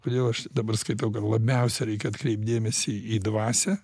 todėl aš dabar skaitau kad labiausia reikia atkreipt dėmesį į dvasią